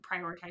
prioritize